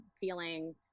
feeling